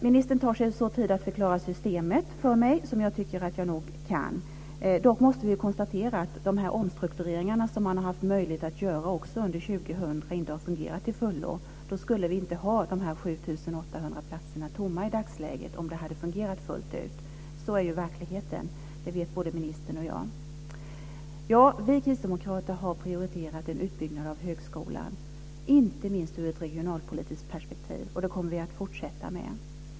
Ministern tar sig så tid att förklara systemet för mig, vilket jag nog tycker att jag kan. Dock måste vi konstatera att de omstruktureringar som man har haft möjlighet att göra också under 2000 inte har fungerat till fullo. Om det hade fungerat fullt ut skulle vi inte ha de 7 800 platserna tomma i dagsläget. Sådan är ju verkligheten, det vet både ministern och jag. Ja, vi kristdemokrater har prioriterat en utbyggnad av högskolan, inte minst ur ett regionalpolitiskt perspektiv, och det kommer vi att fortsätta med.